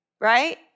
right